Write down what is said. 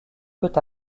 peut